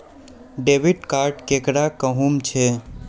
Debit card केकरा कहुम छे?